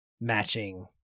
matching